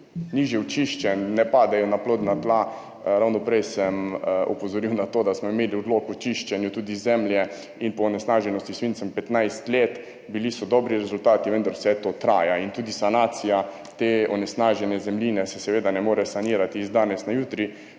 ni že očiščen, ne padejo na plodna tla. Ravno prej sem opozoril na to, da smo imeli odlok o čiščenju tudi zemlje in onesnaženosti s svincem 15 let. Bili so dobri rezultati, vendar vse to traja in tudi sanacija te onesnažene zemljine se seveda ne more sanirati iz danes na jutri.